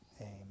amen